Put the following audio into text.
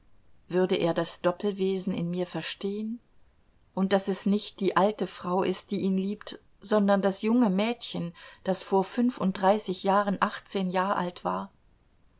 würde er das doppelwesen in mir verstehen und daß es nicht die alte frau ist die ihn liebt sondern das junge mädchen das vor fünfunddreißig jahren achtzehn jahr alt war